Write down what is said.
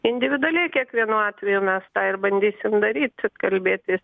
individualiai kiekvienu atveju mes tą ir bandysim daryt kalbėti